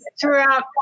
throughout